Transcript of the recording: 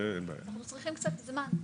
אנחנו צריכים קצת זמן.